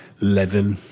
level